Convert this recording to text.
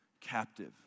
captive